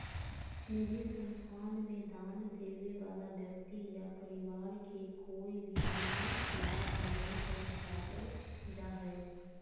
निधि संस्था मे दान देबे वला व्यक्ति या परिवार के कोय भी निजी लाभ नय पहुँचावल जा हय